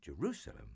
Jerusalem